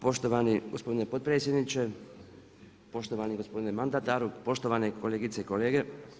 Poštovani gospodine potpredsjedniče, poštovani gospodine mandataru, poštovane kolegice i kolege.